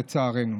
לצערנו,